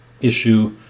issue